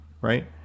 right